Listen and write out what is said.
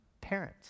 parent